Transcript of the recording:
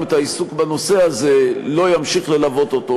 את העיסוק בנושא הזה לא ימשיך ללוות אותו,